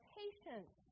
patience